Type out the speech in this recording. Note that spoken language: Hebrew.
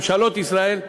ממשלות ישראל,